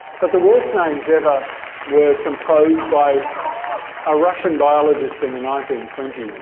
but the worst names ever were composed by a russian biologist in the nineteen twenty s.